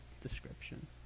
description